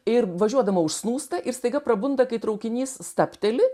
ir važiuodama užsnūsta ir staiga prabunda kai traukinys stabteli